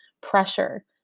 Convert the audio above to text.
pressure